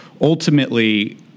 ultimately